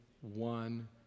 one